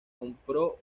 compró